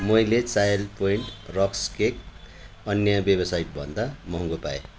मैले Chai Point rusk cake अन्य वेबसाइटहरूमा भन्दा महँगो पाएँ